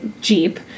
Jeep